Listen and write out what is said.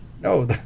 No